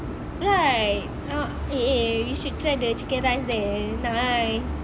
right ah eh eh you should try the chicken rice there nice